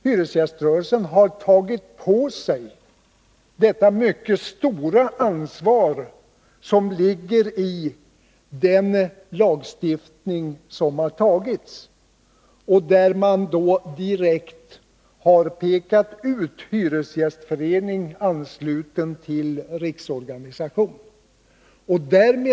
Hyresgäströrelsen har tagit på sig det mycket stora ansvar som ligger däri att lagstiftningen direkt har pekat ut hyresgästförening, ansluten till riksorganisation, som förhandlingspart.